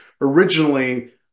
originally